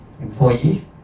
Employees